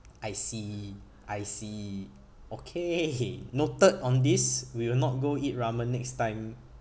I see I see okay noted on this we will not go eat ramen next time